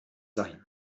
sein